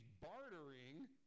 bartering